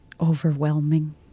Overwhelming